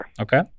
Okay